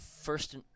first